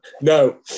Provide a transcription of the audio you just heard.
No